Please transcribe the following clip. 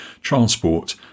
transport